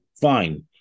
fine